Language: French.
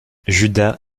judas